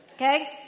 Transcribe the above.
Okay